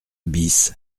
bis